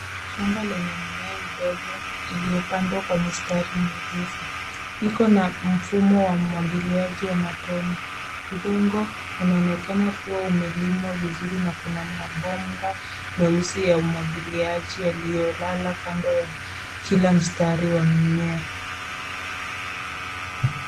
Shamba lenye mimea midogo iliyopandwa kwa mistari mirefu. Iko na mfumo wa umwagiliaji wa matone. Udongo unaonekana kuwa umelimwa vizuri na kuna mabomba meusi, ya umwagiliaji yaliyolala kando ya kila mstari wa mimea.